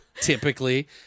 typically